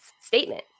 statement